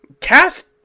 cast